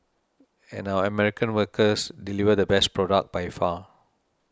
and our American workers deliver the best product by far